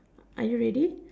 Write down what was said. are you ready